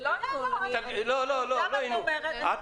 --- הרי